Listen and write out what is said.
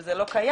וזה לא קיים.